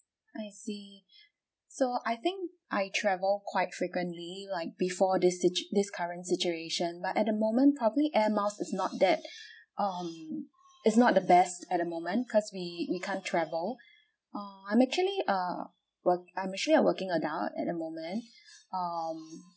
I see so I think I travel quite frequently like before this situ~ this current situation but at the moment probably air miles is not that um it's not the best at the moment because we we can't travel err I'm actually a work I'm actually a working adult at the moment um